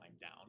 down